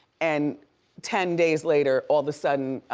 and ten days later all the sudden,